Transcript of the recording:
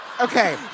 Okay